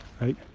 right